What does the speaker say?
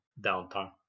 downtown